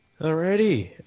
Alrighty